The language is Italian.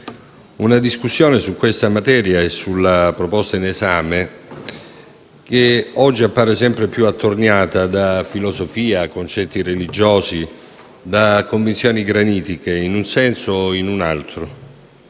una discussione su questa materia e sulla proposta in esame che appare sempre più attorniata da filosofia, concetti religiosi, convinzioni granitiche, in un senso o in un altro.